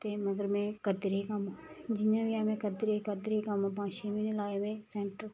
ते मगर में करदी रेही कम्म जियां बी ऐ में करदी रेही करदी रेही कम्म पंज छेेह म्हीने लाए में सैंटर